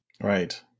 Right